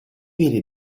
viene